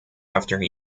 after